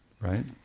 right